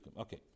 okay